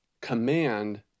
command